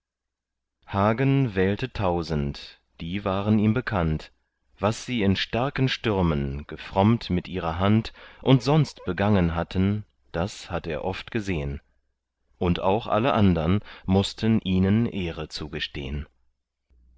hagen wählte tausend die waren ihm bekannt was sie in starken stürmen gefrommt mit ihrer hand und sonst begangen hatten das hatt er oft gesehn auch alle andern mußten ihnen ehre zugestehn